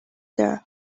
there